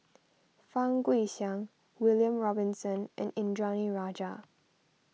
Fang Guixiang William Robinson and Indranee Rajah